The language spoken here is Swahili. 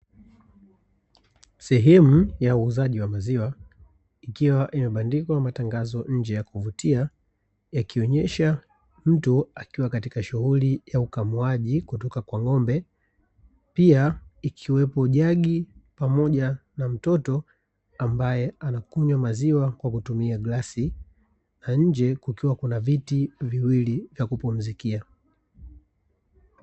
Sehemu ya uuzaji wa maziwa, ikiwa imebandikwa matangazo nje ya kuvutia, yakionyesha mtu akiwa katika shughuli ya ukamuaji kutoka kwa ng'ombe pia ikiwepo jagi pamoja na mtoto ambaye anakunywa maziwa kwa kutumia glasi na nje kukiwa kuna viti viwili vya kupumzikia.